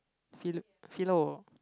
phil~ philo